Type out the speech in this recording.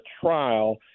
trial